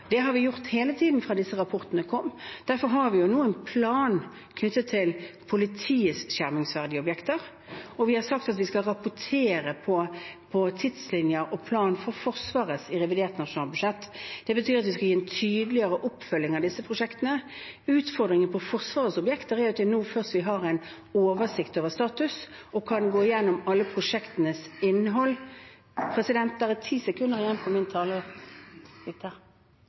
Det har vi gjort hele tiden etter at disse rapportene kom. Derfor har vi nå en plan knyttet til politiets skjermingsverdige objekter, og vi har sagt at vi skal rapportere på tidslinjer og planen for Forsvaret i revidert nasjonalbudsjett. Det betyr at vi skal ha en tydeligere oppfølging av disse prosjektene. Utfordringen når det gjelder Forsvarets objekter, er at vi nå først har en oversikt over status og kan gå igjennom alle prosjektenes innhold . President! Det er 10 sekunder igjen av min taletid. Beklager. Det er altså et planarbeid for dette, og